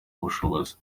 ubushobozi